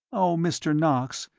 oh, mr. knox,